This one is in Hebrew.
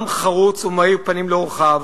עם חרוץ ומאיר פנים לאורחיו.